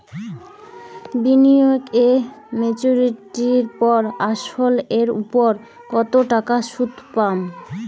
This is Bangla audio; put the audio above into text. বিনিয়োগ এ মেচুরিটির পর আসল এর উপর কতো টাকা সুদ পাম?